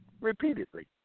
Repeatedly